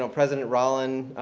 so president roland,